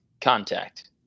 contact